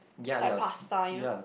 like pasta you know